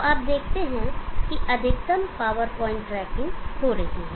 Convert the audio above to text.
तो आप देखते हैं कि अधिकतम पावर पॉइंट ट्रैकिंग हो रही है